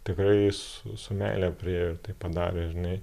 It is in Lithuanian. tikrai su su meile priėjo ir tai padarė žinai